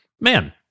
man